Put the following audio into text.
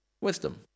Wisdom